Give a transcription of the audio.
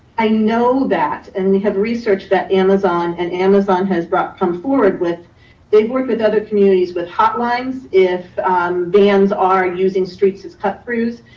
i know that, and we have researched that amazon and amazon has brought some forward with they've worked with other communities with hotlines. if vans are using streets as cut throughs,